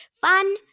Fun